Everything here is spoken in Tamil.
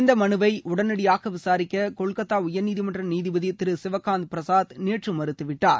இந்த மனுவை உடனடியாக விசாரிக்க கொல்கத்தா உயா்நீதிமன்ற நீதிபதி திரு சிவகாந்த் பிரசாத் நேற்று மறுத்துவிட்டார்